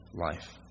life